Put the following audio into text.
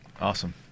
Awesome